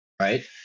right